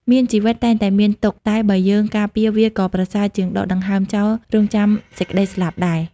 មានជីវិតតែងតែមានទុក្ខ តែបើយើងការពារវាក៏ប្រសើរជាងដកដង្ហើមចោលរងចាំសេចក្តីស្លាប់ដែរ។